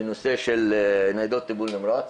בנושא של ניידות טיפול נמרץ,